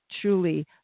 truly